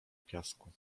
piasku